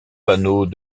panneaux